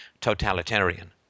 totalitarian